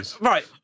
Right